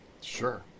Sure